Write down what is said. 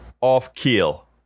off-keel